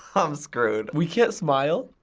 um screwed. we can't smile?